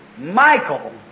Michael